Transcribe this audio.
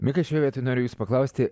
mikai šioje vietoje noriu jūsų paklausti